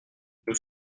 nous